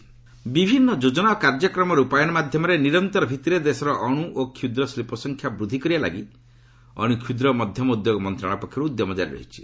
RS MSME ବିଭିନ୍ନ ଯୋଜନା ଓ କାର୍ଯ୍ୟକ୍ରମ ରୂପାୟନ ମାଧ୍ୟମରେ ନିରନ୍ତର ଭିଭିରେ ଦେଶର ଅଣୁ ଓ କ୍ଷୁଦ୍ର ଶିଳ୍ପ ସଂଖ୍ୟା ବୃଦ୍ଧି କରିବା ପାଇଁ ଅଣୁ କ୍ଷୁଦ୍ର ଓ ମଧ୍ୟମ ଉଦ୍ୟୋଗ ମନ୍ତ୍ରଣାଳୟ ପକ୍ଷରୁ ଉଦ୍ୟମ ଜାରି ରହିଛି